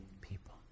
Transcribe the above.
people